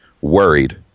worried